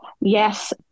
Yes